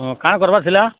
ହଁ କା'ଣା କର୍ବାର୍ ଥିଲା